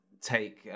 take